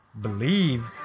believe